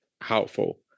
helpful